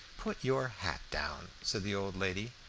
put your hat down, said the old lady.